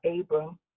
Abram